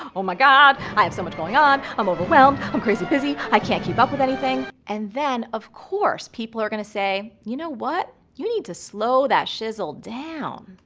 oh my god, i have so much going on. i'm overwhelmed, i'm crazy busy, i can't keep up with anything, and then of course people are gonna say, you know what? you need to slow that shizzle down.